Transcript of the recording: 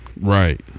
right